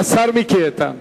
השר מיקי איתן,